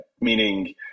meaning